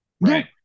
right